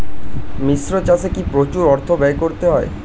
মিশ্র চাষে কি প্রচুর অর্থ ব্যয় করতে হয়?